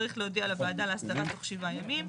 צריך להודיע לוועדה להסדרה תוך שבעה ימים.